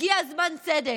הגיע זמן צדק.